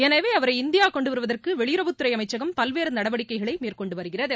எனவே அவரை இந்தியா கொண்டு வருவதற்கு வெளியுறவுத்துறை அமைச்சகம் பல்வேறு நடவடிக்கைகளை மேற்கொண்டு வருகிறது